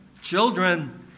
Children